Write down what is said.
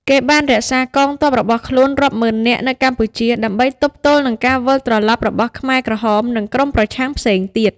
គេបានរក្សាកងទ័ពរបស់ខ្លួនរាប់ម៉ឺននាក់នៅកម្ពុជាដើម្បីទប់ទល់នឹងការវិលត្រឡប់របស់ខ្មែរក្រហម និងក្រុមប្រឆាំងផ្សេងទៀត ។